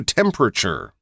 temperature